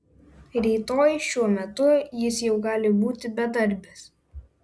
rytoj šiuo metu jis jau gali būti bedarbis